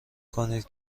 کنید